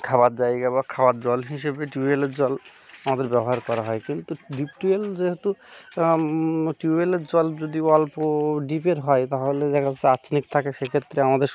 খাওয়ার জায়গা বা খাওয়ার জল হিসেবে টিউবওয়েলের জল আমাদের ব্যবহার করা হয় কিন্তু ডিপ টিউবওয়েল যেহেতু টিউবওয়েলের জল যদি অল্প ডিপের হয় তাহলে যাচ্ছে আর্সেনিক থাকে সেক্ষেত্রে আমাদের